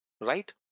right